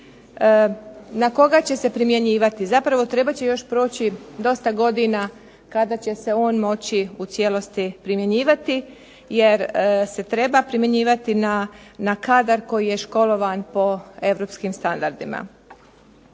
na koga će se primjenjivati. Zapravo trebat će još proći dosta godina kada će se on moći u cijelosti primjenjivati, jer se treba primjenjivati na kadar koji je školovan po europskim standardima.